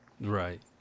right